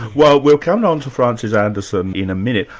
well we'll come on to francis anderson in a minute.